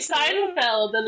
Seinfeld